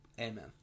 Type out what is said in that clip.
Amen